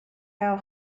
how